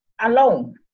alone